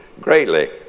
greatly